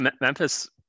Memphis